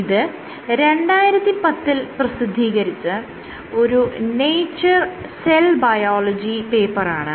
ഇത് 2010 ൽ പ്രസിദ്ധീകരിച്ച ഒരു നേച്ചർ സെൽ ബയോളജി പേപ്പറാണ്